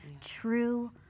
true